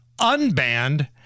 unbanned